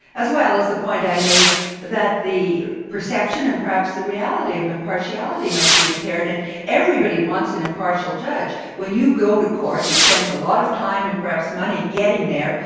as well, is the point i made that the perception, and perhaps the reality of impartiality might be impaired, and everybody wants an impartial judge. when you go to court, you spend a lot of time and perhaps money getting there,